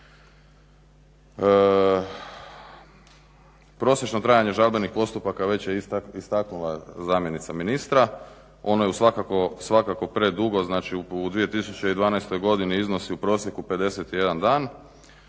Prosječno trajanje žalbenih postupaka već je istaknula zamjenica ministra. Ono je svakako predugo, znači u 2012. godini iznosi u prosjeku 51 dan